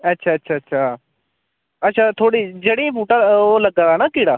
अच्छा अच्छा अच्छा अच्छा थुआढ़ी जड़ें ई बूह्टा ओह् लग्गै दा ना कीड़ा